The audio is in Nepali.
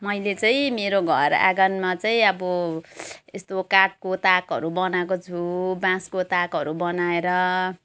मैले चाहिँ मेरो घर आँगनमा चाहिँ अब यस्तो काठको ताकहरू बनाएको छु बाँसको ताकहरू बनाएर